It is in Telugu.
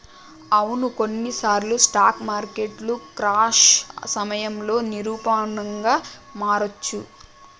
అవును కొన్నిసార్లు స్టాక్ మార్కెట్లు క్రాష్ సమయంలో నిరూపమానంగా మారొచ్చు